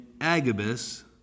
Agabus